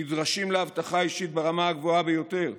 שנדרשים לאבטחה אישית ברמה הגבוהה ביותר.